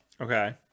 Okay